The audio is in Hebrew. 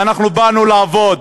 ואנחנו באנו לעבוד,